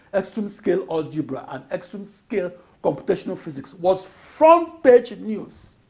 extreme-scale algebra, and extreme-scale computational physics was front-page news